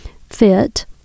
fit